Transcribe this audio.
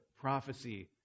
prophecy